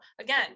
again